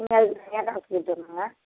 காசு கொடுத்துடுணும்ங்க